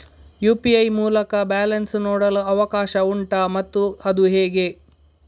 UPI ಮೂಲಕ balance ನೋಡಲು ಅವಕಾಶ ಉಂಟಾ ಮತ್ತು ಅದು ಹೇಗೆ?